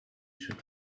should